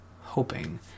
hoping